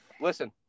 listen